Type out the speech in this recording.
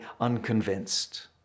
unconvinced